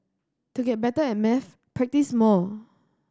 to get better at maths practise more